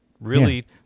really-